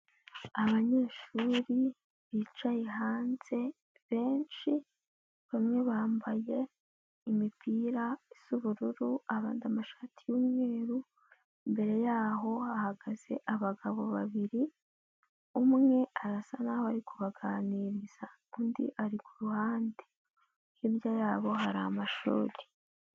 Abanyeshuri bicaye hanze benshi, bamwe bambaye imipira isa ubururu, abandi amashati y'umweru, imbere yaho hahagaze abagabo babiri, umwe arasa naho ari kubaganiriza, undi ari ku ruhande, hirya yabo hari amashuri.